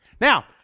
now